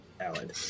Alan